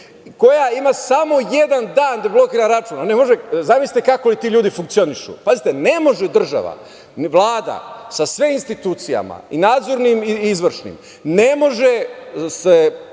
koja ima samo jedan dan deblokiran račun, zamislite kako ti ljudi funkcionišu. Pazite, ne može država, Vlada, sa sve institucijama, i nadzornim i izvršnim, ne može